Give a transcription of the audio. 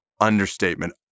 understatement